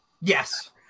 Yes